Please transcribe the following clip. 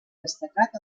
destacat